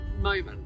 moment